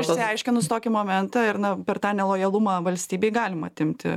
išsiaiškinus tokį momentą ir na per tą nelojalumą valstybei galima atimti